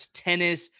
tennis